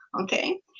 okay